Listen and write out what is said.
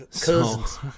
cousins